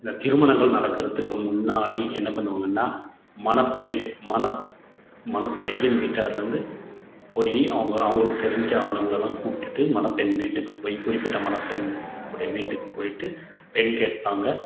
இந்த திருமணங்கள் நடக்கிறதுக்கு முன்னாடி என்ன பண்ணுவாங்கன்னா மணப்பெண் மணப் மணப்பையன் வீட்டார்லேருந்து போய் அவங்க அவங்களுக்கு தெரிஞ்ச ஆளுங்களலாம் கூப்பிட்டுட்டு மணப்பெண் வீட்டுக்கு போய் குறிப்பிட்ட மணப்பெண் உடைய வீட்டுக்கு போய்ட்டு பெண் கேப்பாங்க